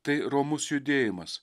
tai romus judėjimas